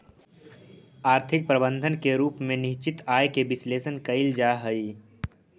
आर्थिक प्रबंधन के रूप में निश्चित आय के विश्लेषण कईल जा हई